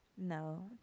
No